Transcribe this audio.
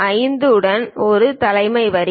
5 உடன் ஒரு தலைவர் வரி